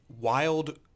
wild